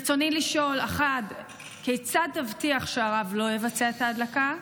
ברצוני לשאול: 1. כיצד תבטיח שהרב לא יבצע את ההדלקה?